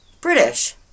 British